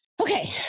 Okay